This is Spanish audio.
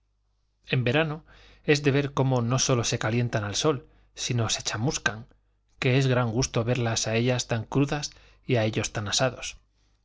en verano es de ver cómo no sólo se calientan al sol sino se chamuscan que es gran gusto verlas a ellas tan crudas y a ellos tan asados